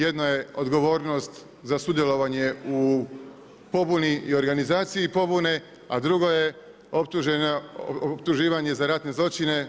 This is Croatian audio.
Jedno je odgovornost za sudjelovanje u pobuni i organizaciji pobune, a drugo je optuživanje za ratne zločine.